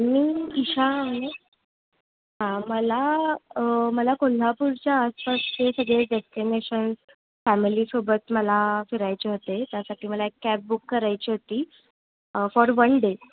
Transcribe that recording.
मी ईशा आहे हां मला मला कोल्हापूरच्या आसपासचे सगळे डेस्टिनेशन्स फॅमिलीसोबत मला फिरायचे होते त्यासाठी मला एक कॅब बुक करायची होती फॉर वन डे